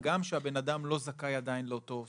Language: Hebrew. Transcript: הגם שהבן אדם לא זכאי עדיין לאותו סכום.